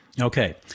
Okay